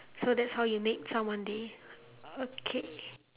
so that's how you made someone day okay